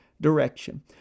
direction